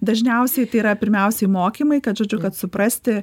dažniausiai tai yra pirmiausiai mokymai kad žodžiu kad suprasti